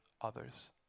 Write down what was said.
others